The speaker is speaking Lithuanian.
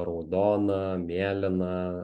raudona mėlyna